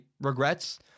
regrets